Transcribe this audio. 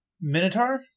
Minotaur